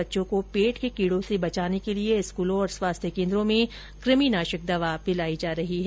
बच्चों को पेट के कीड़ों से बचाने के लिए स्कूलों और स्वास्थ्य केन्द्रों में कृमिरोधी दवा पिलाई जा रही है